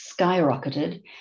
skyrocketed